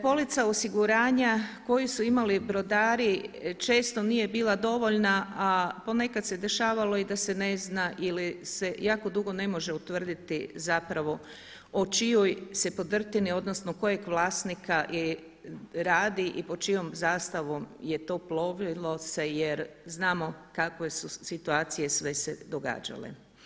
Polica osiguranja koju su imali brodari često nije bila dovoljna a ponekada se dešavalo i da se ne zna ili se jako dugo ne može utvrditi o čijoj se podrtini, odnosno kojeg vlasnika radi i pod čijom zastavom je to plovilo jer znamo kakve su situacije sve se događale.